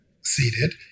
seated